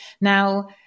Now